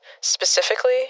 Specifically